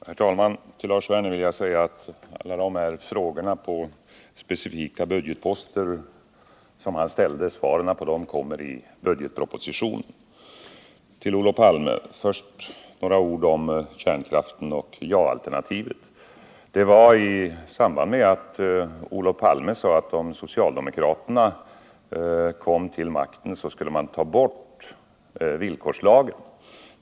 Herr talman! Till Lars Werner vill jag säga att svaren på alla de frågor om specifika budgetposter som han ställde kommer att lämnas i budgetpropositionen. Till Olof Palme: först några ord om kärnkraften och ja-alternativet. I valrörelsen sade Olof Palme att om socialdemokraterna kom till makten skulle de ta bort villkorslagen.